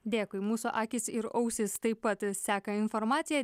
dėkui mūsų akys ir ausys taip pat seka informaciją